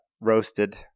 Roasted